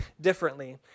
differently